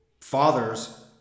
fathers